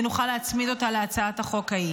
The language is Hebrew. ונוכל להצמיד אותה להצעת החוק הממשלתית.